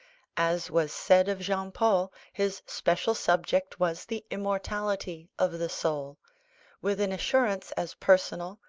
as was said of jean paul, his special subject was the immortality of the soul with an assurance as personal,